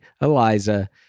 eliza